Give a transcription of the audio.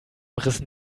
rissen